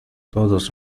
todos